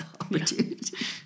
opportunity